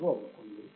74 అవుతుంది